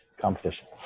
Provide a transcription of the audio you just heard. competition